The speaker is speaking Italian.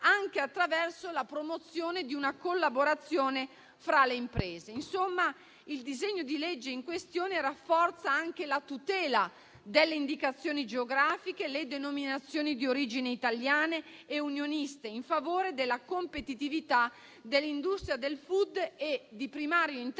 anche attraverso la promozione di una collaborazione fra le imprese. Insomma, il disegno di legge in questione rafforza anche la tutela delle indicazioni geografiche e le denominazioni di origine italiana e unionista, in favore della competitività dell'industria del *food*, di primario interesse